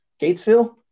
Gatesville